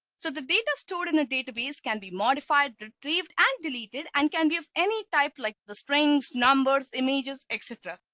so the data stored in a database can be modified retrieved and deleted and can be of any type like the strings numbers images etc.